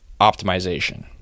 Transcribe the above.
optimization